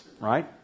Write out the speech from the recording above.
right